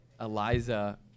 Eliza